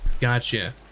Gotcha